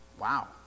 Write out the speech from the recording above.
Wow